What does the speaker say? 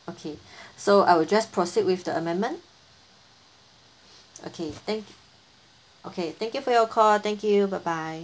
okay so I will just proceed with the amendment okay thank okay thank you for your call thank you bye bye